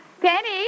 Penny